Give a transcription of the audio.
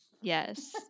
Yes